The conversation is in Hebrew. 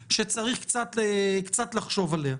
אמירה שצריך קצת לחשוב עליה.